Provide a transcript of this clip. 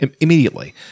immediately